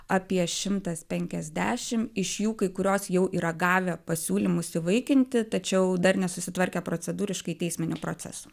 apie šimtas penkiasdešim iš jų kai kurios jau yra gavę pasiūlymus įvaikinti tačiau dar nesusitvarkę procedūriškai teisminių procesų